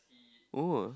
oh